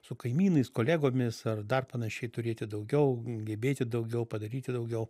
su kaimynais kolegomis ar dar panašiai turėti daugiau gebėti daugiau padaryti daugiau